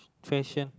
fashion